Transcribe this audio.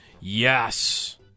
Yes